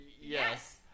Yes